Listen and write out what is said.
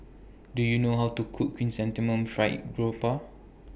Do YOU know How to Cook Chrysanthemum Fried Garoupa